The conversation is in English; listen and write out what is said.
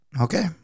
Okay